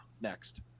next